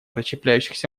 расщепляющихся